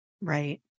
Right